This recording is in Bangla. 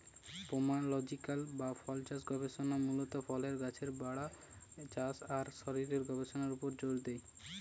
পোমোলজিক্যাল বা ফলচাষ গবেষণা মূলত ফলের গাছের বাড়া, চাষ আর শরীরের গবেষণার উপর জোর দেয়